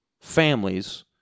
families